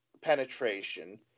penetration